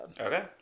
Okay